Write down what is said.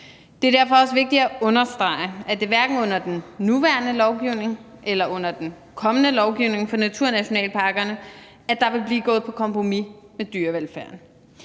Det er derfor også vigtigt at understrege, at det hverken er under den nuværende lovgivning eller under den kommende lovgivning for naturnationalparkerne, at der vil blive gået på kompromis med dyrevelfærden.